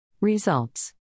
Results